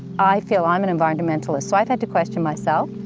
i feel i'm an environmentalist, so i've had to question myself,